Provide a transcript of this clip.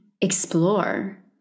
explore